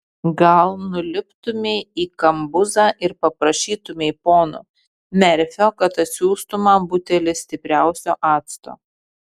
gal nuliptumei į kambuzą ir paprašytumei pono merfio kad atsiųstų man butelį stipriausio acto